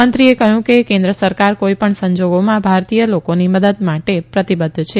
મંત્રીએ કહ્યું હતું કે કેન્દ્ર સરકાર કોઈપણ સંજોગોમાં ભારતીય લોકોની મદદ માટે પ્રતિબદ્વ છે